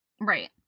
Right